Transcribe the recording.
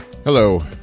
Hello